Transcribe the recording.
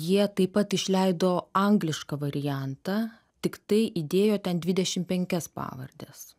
jie taip pat išleido anglišką variantą tiktai įdėjo ten dvidešim penkias pavardes